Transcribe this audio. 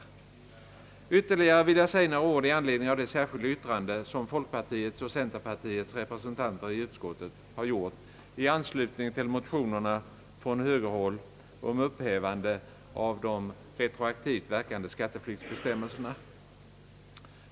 Jag vill ytterligare säga några ord i anledning av det särskilda yttrande som folkpartiets och centerpartiets representanter i utskottet gjort i anslutning till motionerna från högerhåll om upphävande av de retroaktivt verkande = skattepliktsbestämmelserna.